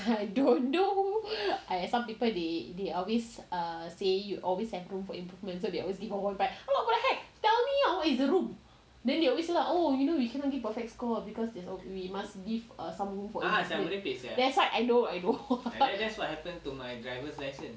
I don't know some people they they always say err you always have room for improvement so they always give four point five I'm like what the heck tell me ah where is the room then they always like oh you know we cannot give perfect score because you know we must leave some room for us maybe that's why I know I know